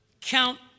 count